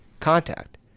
Contact